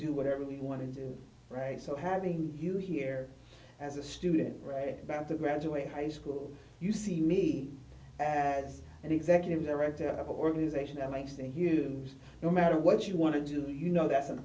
do whatever we want to do right so having you here as a student right about to graduate high school you see me as an executive director of the organization that makes the hughes no matter what you want to do you know that's an